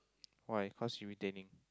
why cause you retaining